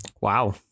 wow